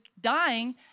dying